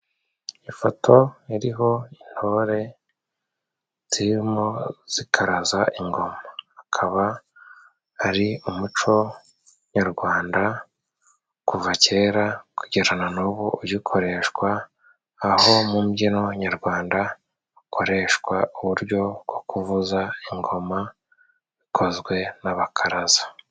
Ifoto iriho intore zirimo zikaraza ingoma. Akaba ari umuco nyarwanda kuva kera kugera na nubu ugikoreshwa aho mu mbyino nyarwanda hakoreshwa uburyo bwo kuvuza ingoma kozwe n'abakaraza.